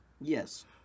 Yes